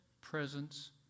presence